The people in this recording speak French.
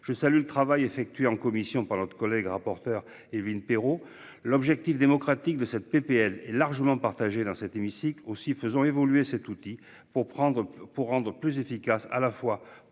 Je salue le travail effectué en commission par notre collègue rapporteure Évelyne Perrot. L'objectif démocratique de cette proposition de loi étant largement partagé dans cet hémicycle, faisons évoluer cet outil pour le rendre plus efficace, à la fois